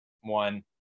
one